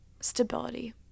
stability